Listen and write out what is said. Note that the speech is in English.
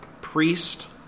priest